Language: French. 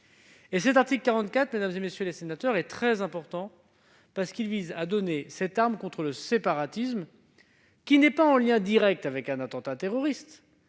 L'article 44, mesdames, messieurs les sénateurs, est très important, parce qu'il vise à donner une arme contre un séparatisme qui est en lien direct, non pas avec un attentat terroriste,